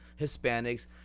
Hispanics